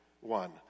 one